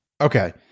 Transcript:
Okay